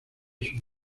sus